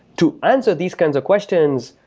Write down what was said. to answer these kinds of questions,